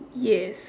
yes